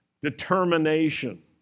determination